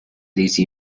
these